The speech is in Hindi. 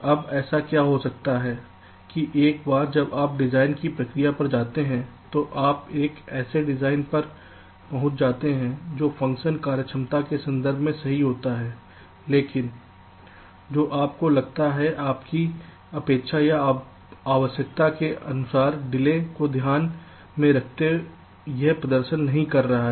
अब ऐसा क्या हो सकता है कि एक बार जब आप डिज़ाइन की प्रक्रिया पर जाते हैं तो आप एक ऐसे डिज़ाइन पर पहुँच जाते हैं जो फ़ंक्शन कार्यक्षमता के संदर्भ में सही होता है लेकिन संदर्भ समय 0158 जो आपको लगता है आपकी अपेक्षा या आवश्यकता के अनुसार डिले को ध्यान में रखते यह प्रदर्शन नहीं कर रहा है